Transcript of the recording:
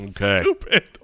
Okay